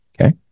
okay